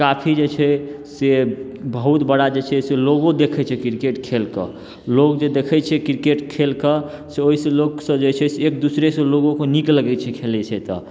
काफी जे छै से बहुत बड़ा जे छै से लोगो देखैत छै क्रिकेट खेल कऽ लोग जे देखैत छै क्रिकेट खेल कऽ से ओहिसँ लोक सब जे छै से एक दूसरेसँ लोगोकेँ नीक लगैत छै खेलै छै तऽ